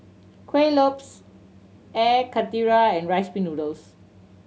Kuih Lopes Air Karthira and Rice Pin Noodles